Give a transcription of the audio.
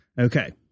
okay